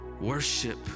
worship